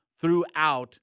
throughout